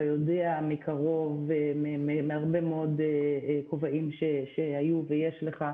אתה יודע מקרוב, מהרבה מאוד כובעים שהיו ויש לך,